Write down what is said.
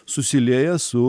susilieja su tuoj būtų